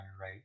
right